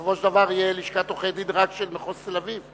שבסופו של דבר תהיה לשכת עורכי-דין רק של מחוז תל-אביב?